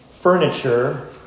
furniture